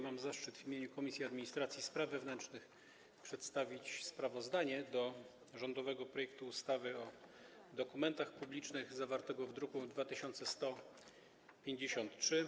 Mam zaszczyt w imieniu Komisji Administracji i Spraw Wewnętrznych przedstawić sprawozdanie odnośnie do rządowego projektu ustawy o dokumentach publicznych, zawartego w druku nr 2153.